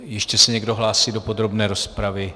Ještě se někdo hlásí do podrobné rozpravy?